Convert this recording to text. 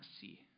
see